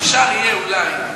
אפשר יהיה אולי,